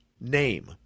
Name